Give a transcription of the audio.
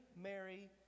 Mary